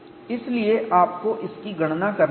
इसलिए आपको इसकी गणना करनी होगी